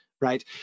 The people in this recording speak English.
right